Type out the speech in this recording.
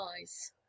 eyes